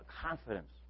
confidence